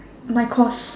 my course